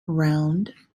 round